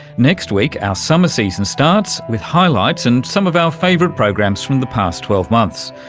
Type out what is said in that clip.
next week our summer season starts, with highlights and some of our favourite programs from the past twelve months.